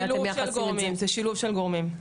זה שילוב של גורמים.